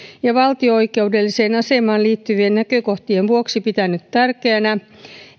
ja valtio oikeudelliseen asemaan liittyvien näkökohtien vuoksi pitänyt tärkeänä